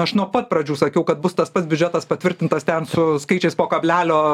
aš nuo pat pradžių sakiau kad bus tas pats biudžetas patvirtintas ten su skaičiais po kablelio